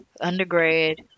Undergrad